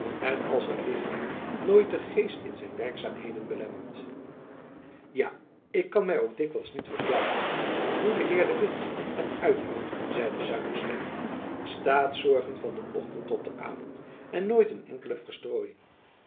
en als het lichaam nooit den geest in zijn werkzaamheden belemmert ja ik kan my ook dikwijls niet verklaren hoe do heer de witt het uithoudt zeide zuylestein staatszorgen van den ochtend tot den avond en nooit een enkele